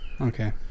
okay